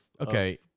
Okay